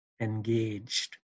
Engaged